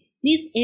please